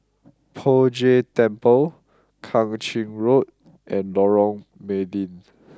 Poh Jay Temple Kang Ching Road and Lorong Mydin